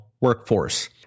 workforce